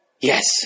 Yes